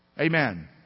Amen